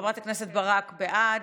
חברת הכנסת ברק, בעד,